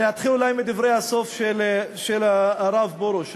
אתחיל אולי מסוף הדברים של הרב פרוש.